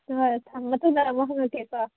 ꯍꯣꯏ ꯊꯝꯃꯦ ꯃꯇꯨꯡꯗ ꯑꯃꯨꯛ ꯍꯪꯉꯛꯀꯦꯀꯣ